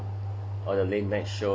all the late night show ah